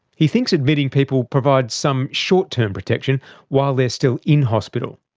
he thinks admitting people provides some short-term protection while they're still in hospital.